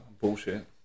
bullshit